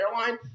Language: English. airline